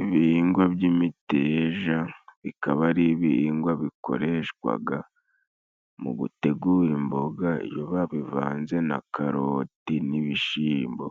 Ibihingwa by'imiteja bikaba ari ibihingwa bikoreshwaga mu gutegura imboga, iyo babivanze na karoti n'ibishimbo,